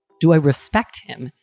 do i respect him?